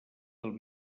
del